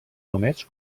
només